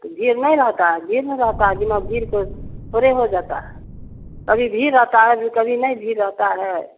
हाँ तो जो नहीं रहता है भीड़ न रहती है बिना भीड़ के थोड़े हो जाता है कभी भीड़ रहती है कभी नहीं भीड़ रहती है